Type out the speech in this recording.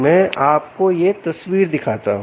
मैं आपको यह तस्वीर दिखाता हूं